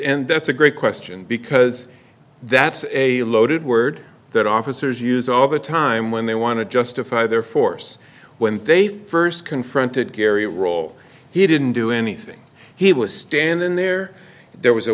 and that's a great question because that's a loaded word that officers use all the time when they want to justify their force when they first confronted gary roll he didn't do anything he was standing there there was a